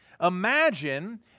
Imagine